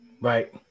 right